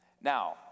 Now